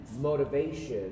motivation